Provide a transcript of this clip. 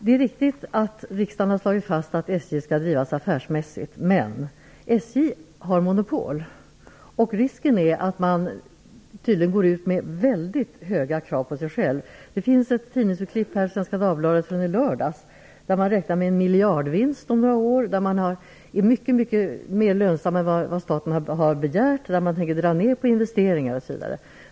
Det är riktigt att riksdagen har slagit fast att SJ skall drivas affärsmässigt, men SJ har monopol. Risken är att man går ut med väldigt höga krav på sig själv. Det var en artikel i Svenska Dagbladet i lördags där det sägs att man inom SJ räknar med en miljardvinst om några år, att SJ är mycket mer lönsamt än vad staten någonsin har begärt, att man tänker dra ner på investeringarna osv.